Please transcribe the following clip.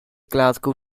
glasgow